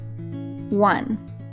One